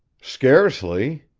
scarcely,